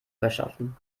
verschaffen